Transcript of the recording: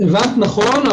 הבנת נכון,